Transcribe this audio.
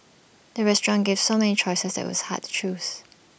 the restaurant gave so many choices that IT was hard to choose